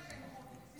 אדוני היושב-ראש,